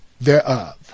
thereof